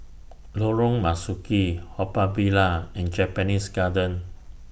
Lorong Marzuki Haw Par Villa and Japanese Garden